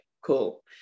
Cool